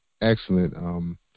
excellent